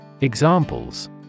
Examples